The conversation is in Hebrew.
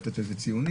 לתת לזה ציונים.